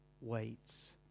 waits